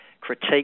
critique